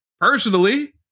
personally